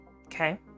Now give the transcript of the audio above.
Okay